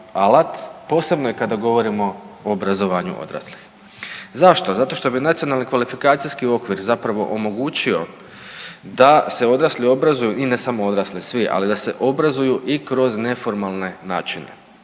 alat posebno je kada govorimo o obrazovanju odraslih. Zašto? Zato što bi Nacionalni kvalifikacijski okvir zapravo omogućio da se odrasli obrazuju i ne samo odrasli, svi, ali da se obrazuju i kroz neformalne načine